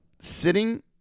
sitting